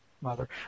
mother